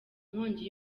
nkongi